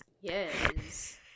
Yes